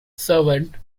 servant